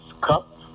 cup